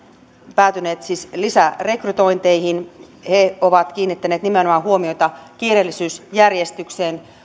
päätyneet siis lisärekrytointeihin he ovat kiinnittäneet nimenomaan huomiota kiireellisyysjärjestykseen